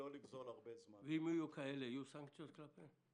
ואם יהיו כאלה, יהיו סנקציות כלפיהם?